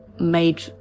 made